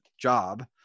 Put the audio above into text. job